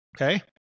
Okay